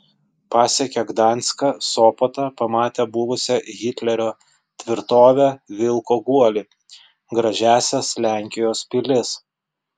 pasiekia gdanską sopotą pamatė buvusią hitlerio tvirtovę vilko guolį gražiąsias lenkijos pilis